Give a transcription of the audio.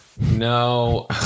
No